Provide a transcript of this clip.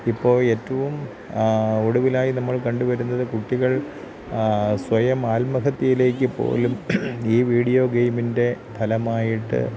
ഇപ്പോൾ ഏറ്റവും ഒടുവിലായി നമ്മൾ കണ്ടുവരുന്നത് കുട്ടികൾ സ്വയം ആത്മഹത്യയിലേക്കുപോലും ഈ വീഡിയോ ഗെയ്മിൻ്റെ ഫലമായിട്ട്